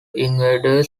invaders